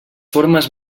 formes